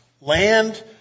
Land